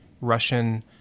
Russian